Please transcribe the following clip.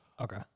Okay